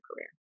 career